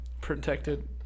protected